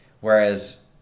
whereas